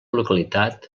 localitat